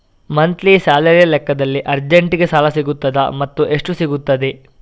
Monthly ಸ್ಯಾಲರಿಯ ಲೆಕ್ಕದಲ್ಲಿ ಅರ್ಜೆಂಟಿಗೆ ಸಾಲ ಸಿಗುತ್ತದಾ ಮತ್ತುಎಷ್ಟು ಸಿಗುತ್ತದೆ?